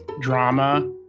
drama